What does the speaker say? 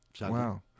Wow